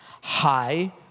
high